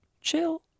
chill